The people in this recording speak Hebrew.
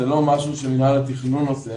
זה לא משהו שמנהל התכנון עושה.